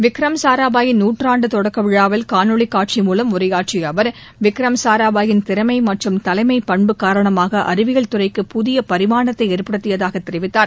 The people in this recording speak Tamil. விக்ரம் சாராபாயின் நூற்றாண்டு தொடக்க விழாவில் காணொலிக் காட்சி மூலம் உரையாற்றிய அவர் விக்ரம் சாராபாயின் திறமை மற்றும் தலைமைப் பன்பு காரணமாக அறிவியல் துறைக்கு புதிய பரிமாணத்தை ஏற்படுத்தியதாக தெரிவித்தார்